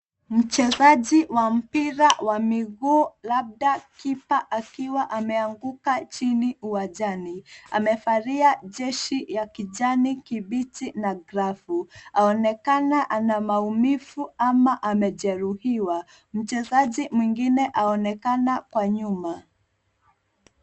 Mchezaji wa mpira wa miguu labda kipa akiwa ameanguka chini uwanjani. Amevalia jezi ya kijani kibichi na glovu. Aonekana ana maumivu ama amejeruhiwa. Mchezaji mwingine aonekana kwa nyuma.